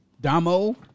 Damo